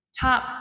top